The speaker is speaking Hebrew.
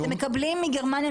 אתם מקבלים מגרמניה,